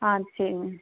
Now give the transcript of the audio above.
சரிங்க